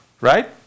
Right